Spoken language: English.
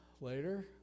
later